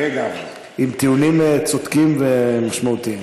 עם טיעונים צודקים ומשמעותיים.